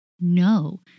No